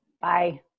Bye